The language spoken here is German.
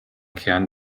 kern